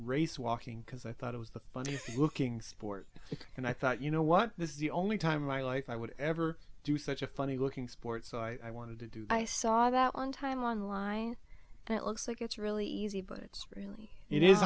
race walking because i thought it was the funniest looking sport and i thought you know what this is the only time in my life i would ever do such a funny looking sport so i wanted to do i saw that one time on line that looks like it's really easy but it's really